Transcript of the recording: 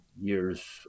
years